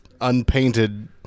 unpainted